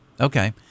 Okay